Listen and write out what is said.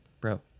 bro